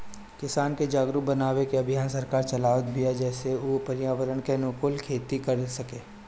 किसान के जागरुक बनावे के अभियान सरकार चलावत बिया जेसे उ पर्यावरण के अनुकूल खेती कर सकें